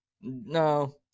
No